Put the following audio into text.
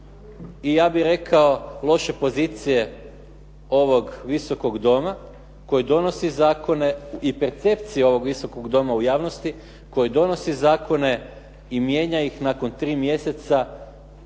i ja bih rekao loše pozicije ovog Visokog doma koji donosi zakone i percepcije ovog Visokog doma u javnosti koji donosi zakone i mijenja ih nakon 3 mjeseca